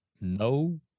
no